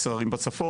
10 ערים בצפון,